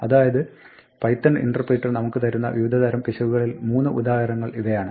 അതായത് Python interpreter നമുക്ക് തരുന്ന വിവിധതരം പിശകുകളിൽ മൂന്ന് ഉദാഹരണങ്ങൾ ഇവയാണ്